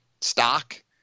stock